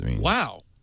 wow